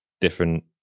different